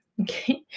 Okay